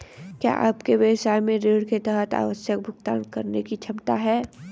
क्या आपके व्यवसाय में ऋण के तहत आवश्यक भुगतान करने की क्षमता है?